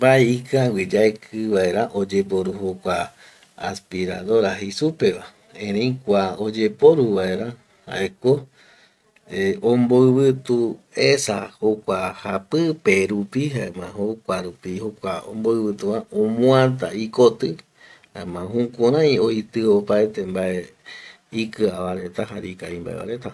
Mbae ikiague yaeki vaera oyeporu jokua aspiradora jei supeva, erei kua oyeporu vaera jaeko omboivituesa jokua japipe rupi jaema jokua rupi jokua omboivituva omuata ikoti jaema jukurai oitio opaete mbae ikiava reta jare ikavimbaeva reta